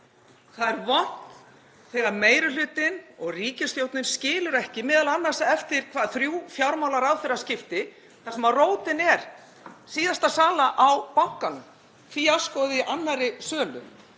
Það er vont þegar meiri hlutinn og ríkisstjórnin skilur ekki, m.a. eftir þrjú fjármálaráðherraskipti þar sem rótin er síðasta sala á bankanum, fíaskóið í annarri sölu,